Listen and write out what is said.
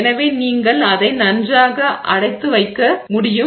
எனவே நீங்கள் அதை நன்றாக அடைத்து வைக்க முடியும்